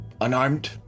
unarmed